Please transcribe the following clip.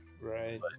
Right